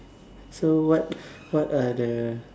so what what are the